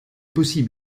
possible